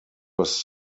was